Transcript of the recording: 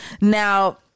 Now